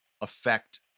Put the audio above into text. affect